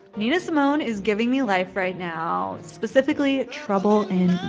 nina simone is giving me life right now, specifically trouble in